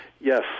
Yes